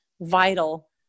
vital